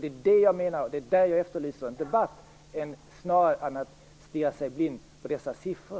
Det är där jag efterlyser att vi för en debatt snarare än att man stirrar sig blind på dessa siffror.